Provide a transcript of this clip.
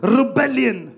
rebellion